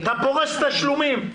אתה פורס תשלומים.